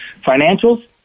financials